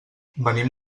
venim